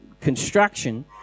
construction